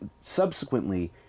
subsequently